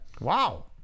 Wow